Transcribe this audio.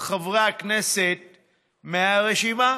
חברי הכנסת מהרשימה.